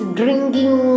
drinking